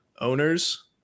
owners